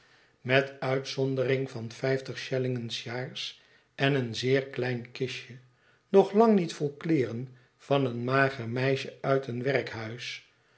met uitzondering van vijftig schellingen s j aars en een zeer klein kistje nog lang niet vol kleeren van een mager meisje uit een werkhuis